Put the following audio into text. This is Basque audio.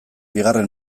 bigarren